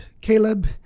Caleb